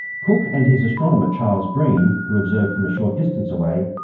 cook and his astronomer charles green, who observed from a short distance away,